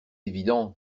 évident